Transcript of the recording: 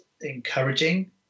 encouraging